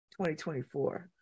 2024